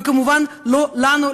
וכמובן לא לנו,